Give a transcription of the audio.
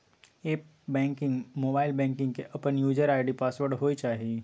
app banking, mobile banking के अपन user ID password होय चाहिए